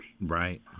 Right